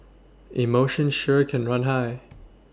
emotions sure can run high